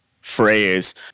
phrase